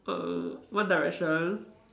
uh one direction